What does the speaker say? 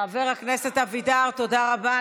חבר הכנסת אבידר, תודה רבה.